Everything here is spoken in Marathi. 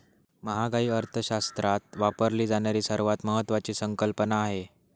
महागाई अर्थशास्त्रात वापरली जाणारी सर्वात महत्वाची संकल्पना आहे